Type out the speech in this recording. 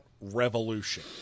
revolution